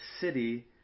city